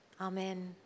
amen